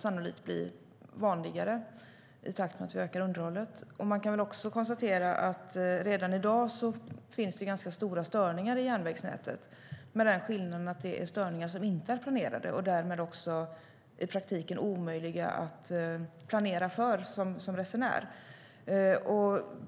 kommer att bli vanligare i takt med att vi ökar underhållet. Man kan konstatera att det redan i dag finns ganska stora störningar i järnvägsnätet. Skillnaden är att det är störningar som inte är planerade och som därmed i praktiken är omöjliga att planera för som resenär.